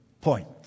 point